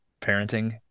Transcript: parenting